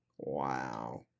wow